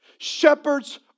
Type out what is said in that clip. shepherds